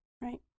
right